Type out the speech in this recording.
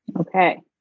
Okay